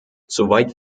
soweit